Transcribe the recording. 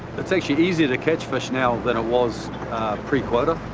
it's actually easier to catch fish now than it was pre-quota.